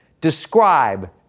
describe